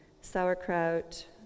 sauerkraut